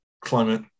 climate